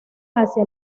hacia